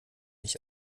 nicht